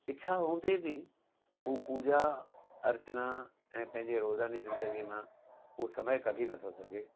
इछा हूंदे बि हू पूॼा अर्चना ऐं पंहिंजे रोज़ानीअ ज़िंदगीअ मां उहो समय कढी नथो सघे